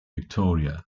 victoria